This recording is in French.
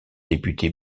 député